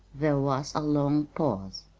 there was a long pause.